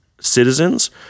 citizens